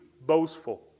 boastful